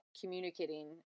communicating